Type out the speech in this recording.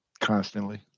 constantly